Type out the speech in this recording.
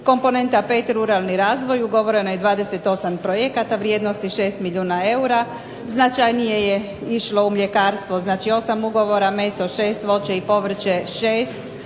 Komponenta 5. Ruralni razvoj ugovorena je 28 projekata vrijednosti 6 milijuna eura. Značajnije je išlo u mljekarstvo, znači 8 ugovora, meso 6, voće i povrće 6,